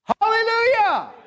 Hallelujah